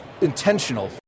intentional